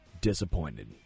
disappointed